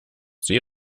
sie